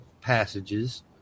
passages